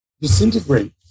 disintegrate